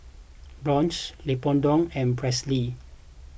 Blanch Leopoldo and Presley